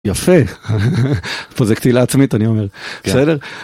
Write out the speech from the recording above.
יפה, פה זה קטילה עצמית אני אומר, בסדר.